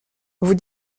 vous